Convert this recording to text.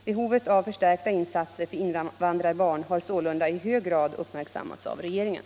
Behovet av förstärkta insatser för invandrarbarn har sålunda i hög grad uppmärksammats av regeringen.